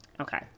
okay